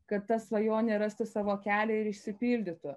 kad ta svajonė rastų savo kelią ir išsipildytų